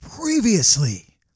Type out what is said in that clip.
Previously